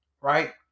right